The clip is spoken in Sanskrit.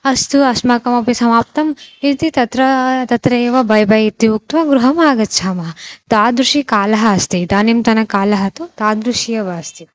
अस्तु अस्माकमपि समाप्तम् इति तत्र तत्रैव वा वा इति उक्त्वा गृहम् आगच्छामः तादृशः कालः अस्ति इदानींतनकालः तु तादृशः एव अस्ति